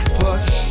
push